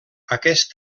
aquest